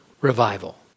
revival